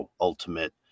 ultimate